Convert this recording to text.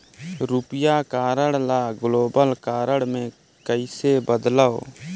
रुपिया कारड ल global card मे कइसे बदलव?